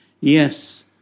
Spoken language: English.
Yes